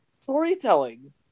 storytelling